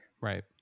Right